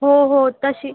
हो हो तशी